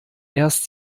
erst